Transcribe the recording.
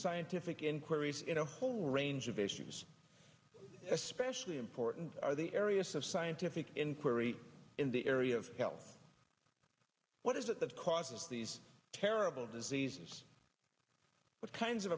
scientific inquiry in a whole range of issues especially important are the areas of scientific inquiry in the area of health what is it that causes these terrible diseases what kinds of